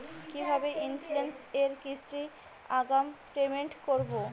কিভাবে ইন্সুরেন্স এর কিস্তি আগাম পেমেন্ট করবো?